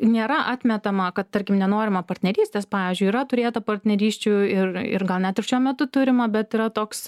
nėra atmetama kad tarkim nenorima partnerystės pavyzdžiui yra turėta partnerysčių ir ir gal net ir šiuo metu turima bet yra toks